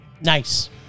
Nice